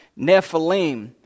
Nephilim